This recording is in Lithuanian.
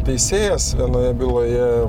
teisėjas vienoje byloje